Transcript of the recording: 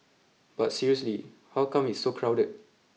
but seriously how come it's so crowded